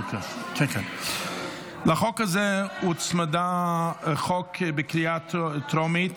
לחוק הזה הוצמדה הצעת חוק לקריאה טרומית